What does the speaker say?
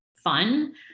fun